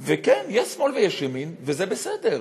וכן, יש שמאל ויש ימין, וזה בסדר.